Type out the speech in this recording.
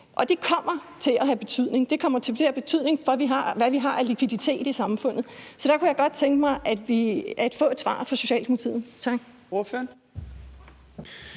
Det kommer til at have betydning for, hvad vi har af likviditet i samfundet. Så det kunne jeg godt tænke mig at få et svar fra Socialdemokratiet